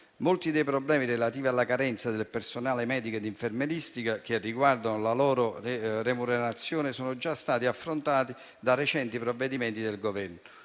Molti dei problemi relativi alla carenza del personale medico e infermieristico che riguardano la loro remunerazione sono già stati affrontati da recenti provvedimenti del Governo.